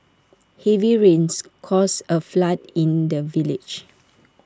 heavy rains caused A flood in the village